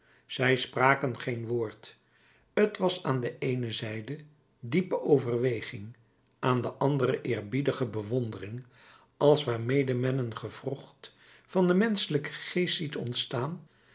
zij spraken geen woord t was aan de eene zijde diepe overweging aan de andere eerbiedige bewondering als waarmede men een gewrocht van den menschelijken geest ziet ontstaan